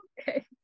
Okay